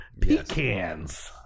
Pecans